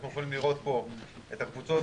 אנחנו יכולים לראות פה את הקבוצות,